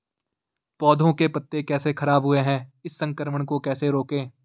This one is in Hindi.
पौधों के पत्ते कैसे खराब हुए हैं इस संक्रमण को कैसे रोकें?